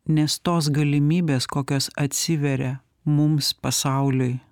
nes tos galimybės kokios atsiveria mums pasauliui